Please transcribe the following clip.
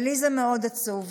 ולי זה מאוד עצוב.